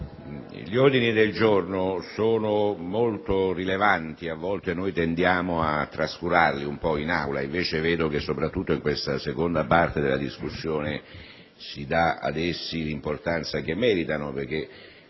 gli ordini del giorno sono molto rilevanti e a volte tendiamo a trascurarli un po' in Aula. Invece vedo che, soprattutto in questa seconda parte della discussione, si dà ad essi l'importanza che meritano, perché